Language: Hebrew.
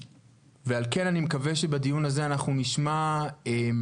ועל כן אני מקווה שבדיון הזה אנחנו נשמע מה הם